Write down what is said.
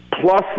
Plus